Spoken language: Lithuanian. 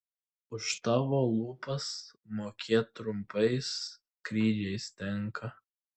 už tavo lūpas mokėt trumpais skrydžiais tenka